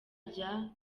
rya